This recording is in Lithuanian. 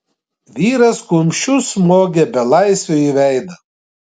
vyras kumščiu smogė belaisviui į veidą